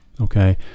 Okay